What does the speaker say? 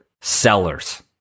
sellers